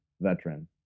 veteran